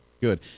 good